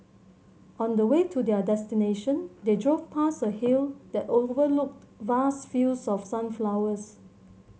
on the way to their destination they drove past a hill that overlooked vast fields of sunflowers